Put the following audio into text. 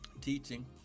teaching